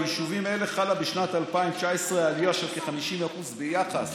ביישובים אלה חלה בשנת 2019 עלייה של כ-50% ביחס